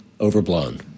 overblown